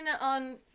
on